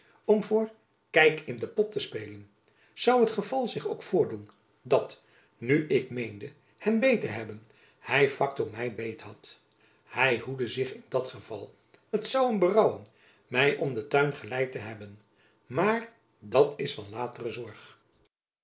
om voor kijk in de pot te spelen zoû het geval zich ook voordoen dat nu ik meende hem beet te hebben hy facto my beet had hy hoede zich in dat geval het zoû hem berouwen my om den tuin geleid te hebben maar dat is van latere zorg